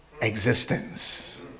existence